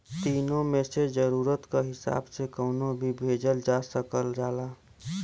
तीनो मे से जरुरत क हिसाब से कउनो भी भेजल जा सकल जाला